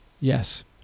Yes